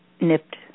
nipped